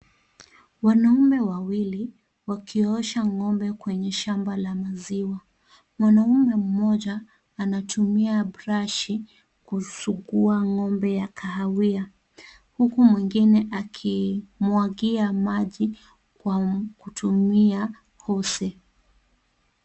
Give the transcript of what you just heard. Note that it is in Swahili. Wanaume wawili wakiosha ng'ombe kwenye shamba la maziwa. Mwanaume mmoja anatumia brashi kusikia ng'ombe ya kahawia huku mwingine akimwagia maji kwa kutumia usi.